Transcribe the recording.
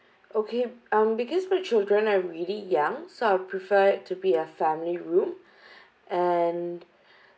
okay um because my children are really young so I prefer it to be a family room and